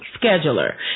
scheduler